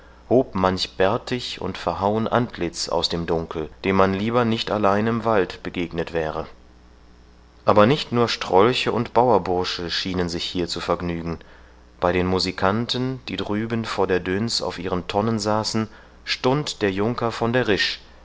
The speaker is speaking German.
hob manch bärtig und verhauen antlitz aus dem dunkel dem man lieber nicht allein im wald begegnet wäre aber nicht nur strolche und bauerbursche schienen hier sich zu vergnügen bei den musikanten die drüben vor der döns auf ihren tonnen saßen stund der junker von der risch